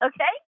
Okay